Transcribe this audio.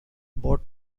boat